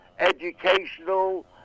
educational